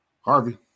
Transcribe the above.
Harvey